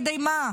כדי מה?